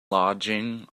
lodging